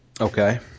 Okay